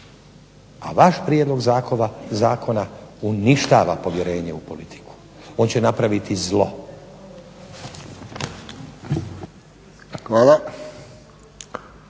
a vaš prijedlog zakona uništava povjerenje u politiku. On će napraviti zlo.